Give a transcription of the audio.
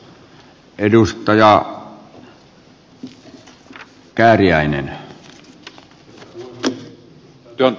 herra puhemies